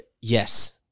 Yes